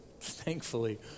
thankfully